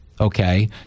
Okay